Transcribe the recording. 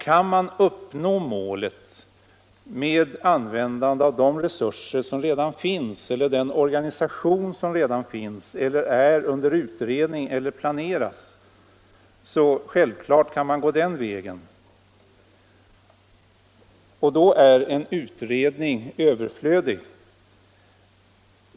Kan man uppnå målet med användande av den organisation som redan finns eller är under utredning eller planerad skall man självfallet gå den vägen, och då är en utredning överflödig.